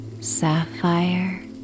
sapphire